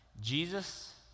Jesus